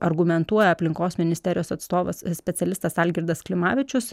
argumentuoja aplinkos ministerijos atstovas specialistas algirdas klimavičius